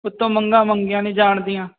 ਉੱਤੋਂ ਮੰਗਾਂ ਮੰਗੀਆਂ ਨਹੀਂ ਜਾਣਦੀਆਂ